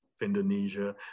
Indonesia